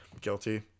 Guilty